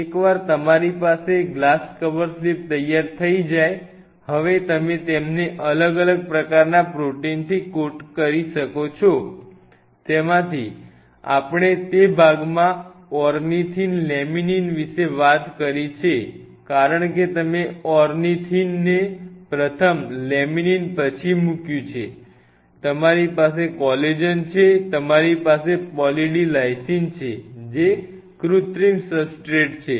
એકવાર તમારી પાસે આ ગ્લાસ કવર સ્લિપ તૈયાર થઈ જાય હવે તમે તેમને અલગ અલગ પ્રકારના પ્રોટીનથી કોટ કરી શકો છો જેમાંથી આપણે તે ભાગમાં ઓર્નિથિન લેમિનીન વિશે વાત કરી છે કારણ કે તમે ઓર્નિથિનને પ્રથમ લેમિનીન પછી મૂક્યું છે તમારી પાસે કોલેજન છે તમારી પાસે પોલી D લાઈસિન છે જે કૃત્રિમ સબસ્ટ્રેટ છે